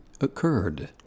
occurred